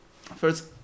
first